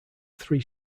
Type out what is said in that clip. three